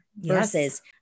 Versus